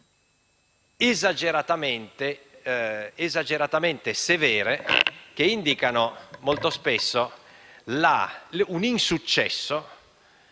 esageratamente severe che indicano molto spesso un insuccesso